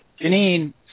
Janine